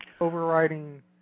overriding